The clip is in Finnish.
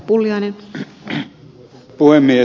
arvoisa puhemies